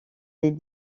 les